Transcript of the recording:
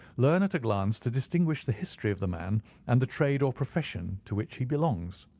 learn at a glance to distinguish the history of the man and the trade or profession to which he belongs.